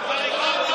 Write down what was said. הוא לא אמר: לא.